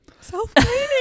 Self-cleaning